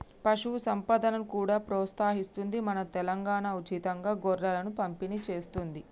పశు సంపదను కూడా ప్రోత్సహిస్తుంది మన తెలంగాణా, ఉచితంగా గొర్రెలను పంపిణి చేస్తుంది